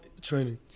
training